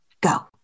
go